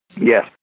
Yes